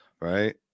right